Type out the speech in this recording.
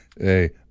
hey